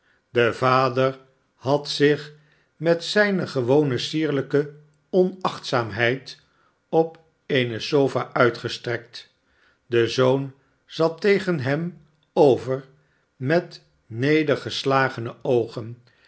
de vader had zich met zijne gewcne sierlijke onachtzaamheid op eene sofa uitgestrekt de zoon zat tegen hem over met nedergeslagene oogen